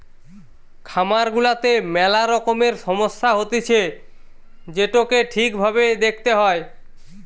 খামার গুলাতে মেলা রকমের সমস্যা হতিছে যেটোকে ঠিক ভাবে দেখতে হয়